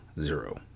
zero